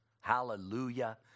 Hallelujah